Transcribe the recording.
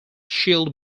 shield